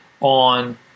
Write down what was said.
on